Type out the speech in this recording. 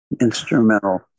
instrumental